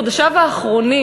בחודשיו האחרונים,